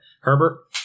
Herbert